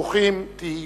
ברוכים תהיו.